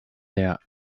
der